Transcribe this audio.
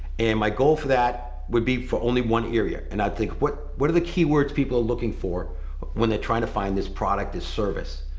and my goal for that would be for only one area. and i'd think what what are the keywords people looking for when they're trying to find this product, this service.